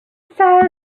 said